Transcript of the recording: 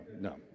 no